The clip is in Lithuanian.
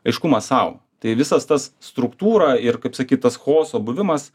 aiškumas sau tai visas tas struktūra ir kaip sakyt tas chaoso buvimas